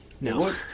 No